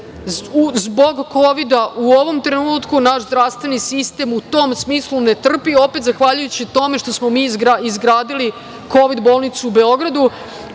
kovida u ovom trenutku naš zdravstveni sistem u tom smislu ne trpi opet zahvaljujući tome što smo mi izgradili kovid bolnicu u Beogradu,